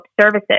services